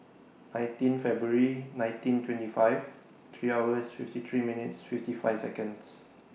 nineteen February nineteen twenty five three hours fifty three minutes fifty five Seconds